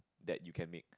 that you can make